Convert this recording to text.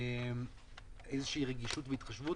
איזו רגישות והתחשבות.